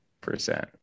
percent